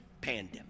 pandemic